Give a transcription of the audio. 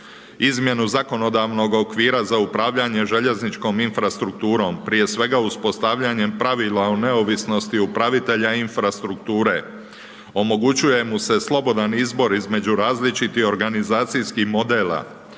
izmjenu zakonodavnog okvira za upravljanje željezničkom infrastrukturom, prije svega uspostavljanjem pravila o neovisnosti upravitelja infrastrukture. Omogućuje mu se slobodan izbor između različitih organizacijskih modela,